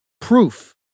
Proof